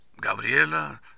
Gabriela